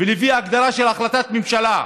ולפי הגדרה של החלטת ממשלה.